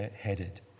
headed